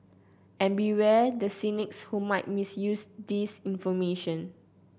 and beware the cynics who might misuse this information